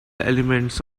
elements